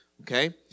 okay